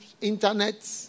Internet